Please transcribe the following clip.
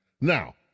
Now